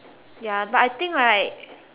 ya but I think right